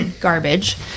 garbage